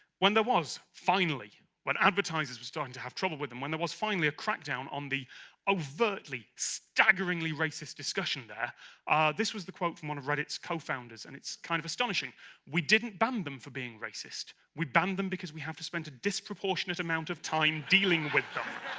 when there was, finally when advertisers were starting to have trouble with them when there was finally a crackdown on the overtly staggeringly racist discussion there this was the quote from one of reddit's co-founders and it's kind of astonishing we didn't ban them for being racist we banned them because we have to spend a disproportionate amount of time dealing with them